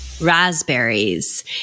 raspberries